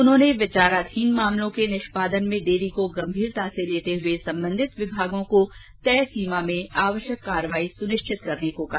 उन्होंने विचाराधीन प्रकरणों के निष्यादन में देरी को गंभीरता से लेते हुए संबंधित विमागों को तय समय सीमा में आवश्यक कार्यवाही सुनिश्चित करने को कहा